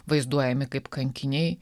vaizduojami kaip kankiniai